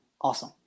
Awesome